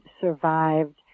survived